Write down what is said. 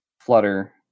flutter